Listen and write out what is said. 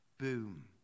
Boom